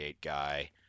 guy